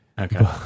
Okay